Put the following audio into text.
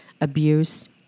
abuse